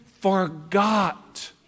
forgot